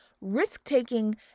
risk-taking